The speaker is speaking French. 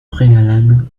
préalable